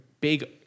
big